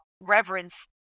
reverence